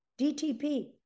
DTP